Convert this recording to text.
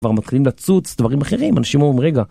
כבר מתחילים לצוץ, דברים אחרים, אנשים אומרים רגע.